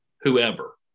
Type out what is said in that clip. whoever